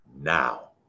Now